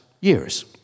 years